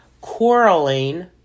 quarreling